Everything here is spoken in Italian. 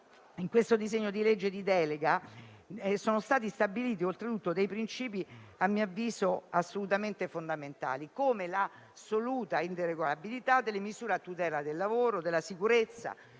Nel disegno di legge di delega sono stati stabiliti dei principi - a mio avviso -assolutamente fondamentali, come l'assoluta inderogabilità delle misure a tutela del lavoro, della sicurezza